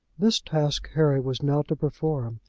this task harry was now to perform,